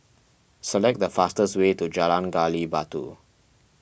select the fastest way to Jalan Gali Batu